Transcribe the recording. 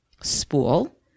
spool